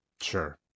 Sure